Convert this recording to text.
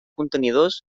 contenidors